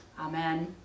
Amen